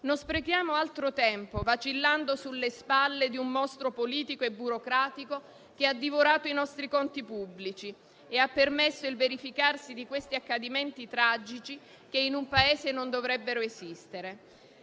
non sprechiamo altro tempo, vacillando sulle spalle di un mostro politico e burocratico che ha divorato i nostri conti pubblici e ha permesso il verificarsi di questi accadimenti tragici che in un Paese non dovrebbero esistere.